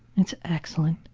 it's excellent.